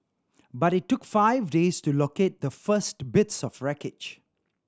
but it took five days to locate the first bits of wreckage